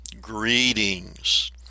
greetings